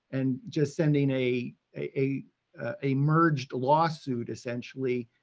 and just sending a, a a merged lawsuit, essentially,